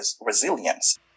resilience